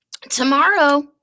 tomorrow